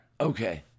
Okay